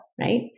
right